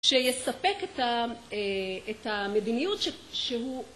שיספק את המדיניות שהוא